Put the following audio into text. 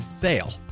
fail